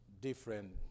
different